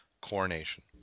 Coronation